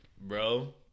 bro